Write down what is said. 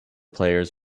players